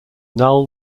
null